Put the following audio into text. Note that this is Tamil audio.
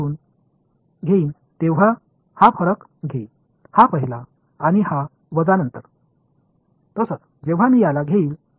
இதேபோல் நான் இந்த நபரை எடுத்துக் கொள்ளும்போது அது மிகவும் வித்தியாசமானதாக இருக்கும்